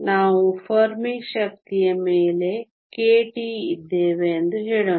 ನಾವು ಫರ್ಮಿ ಶಕ್ತಿಯ ಮೇಲೆ kT ಇದ್ದೇವೆ ಎಂದು ಹೇಳೋಣ